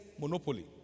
Monopoly